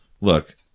look